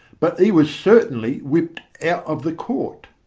but he was certainly whipped out of the court.